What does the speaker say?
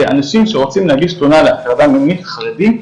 שאנשים שרוצים להגיש תלונה על הטרדה מינית חרדים,